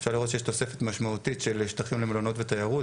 אפשר לראות שיש תוספת משמעותית של שטחים למלונות ותיירות,